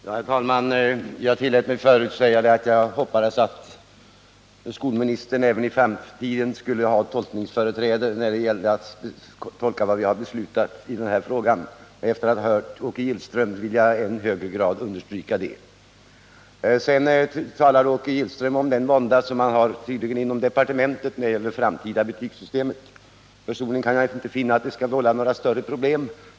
Herr talman! Jag tillät mig förut säga att jag hoppades att skolministern även i framtiden skulle ha tolkningsföreträde när det gäller vad vi har beslutat i den här frågan. Efter att ha hört Åke Gillström vill jag i än högre grad understryka detta. Åke Gillström talade också om den vånda som man tydligen skulle känna inom departementet när det gäller det framtida betygssystemet. Personligen kan jag emellertid inte finna att det skulle kunna vålla några större problem.